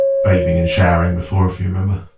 bathing and showering before, if you remember.